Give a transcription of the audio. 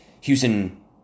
Houston